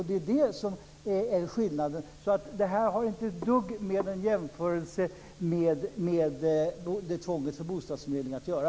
Det är det som är skillnaden. Det har inte ett dugg med en jämförelse med tvånget om bostadsförmedling att göra.